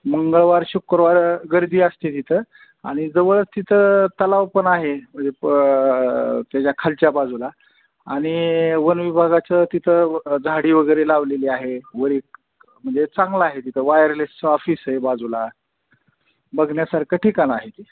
मंगळवार शुक्रवार गर्दी असते तिथं आणि जवळच तिथं तलाव पण आहे म्हणजे प त्याच्या खालच्या बाजूला आणि वनविभागाचं तिथं झाडी वगैरे लावलेली आहे वर एक म्हणजे चांगलं आहे तिथं वायरलेसचं ऑफिस आहे बाजूला बघण्यासारखं ठिकाण आहे ते